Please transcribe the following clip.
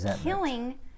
killing